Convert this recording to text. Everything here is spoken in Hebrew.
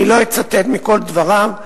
אני לא אצטט מכל דבריו.